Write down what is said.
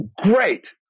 great